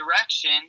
direction